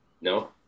no